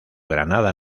granada